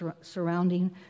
surrounding